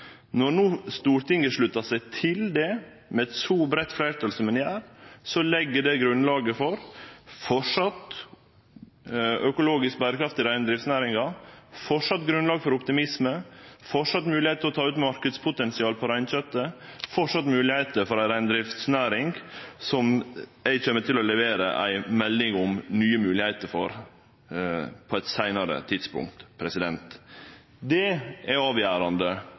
Når no Stortinget sluttar seg til det med eit så breitt fleirtal som ein gjer, legg det grunnlaget for framleis økologisk berekraft i reindriftsnæringa, framleis grunnlag for optimisme, framleis moglegheit til å ta ut marknadspotensial på reinkjøtet, framleis moglegheit for ei reindriftsnæring, og eg kjem til å levere ei melding om nye moglegheiter på eit seinare tidspunkt. Det er avgjerande